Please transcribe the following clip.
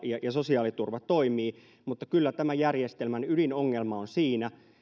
ja ja sosiaaliturva toimii mutta kyllä tämän järjestelmän ydinongelma on siinä